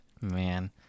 man